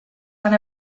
van